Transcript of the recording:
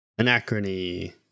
Anachrony